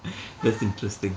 that's interesting